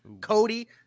Cody